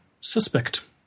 suspect